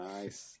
Nice